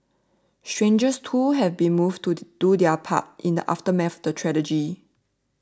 strangers too have been moved to do their part in the aftermath of the tragedy